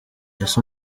ese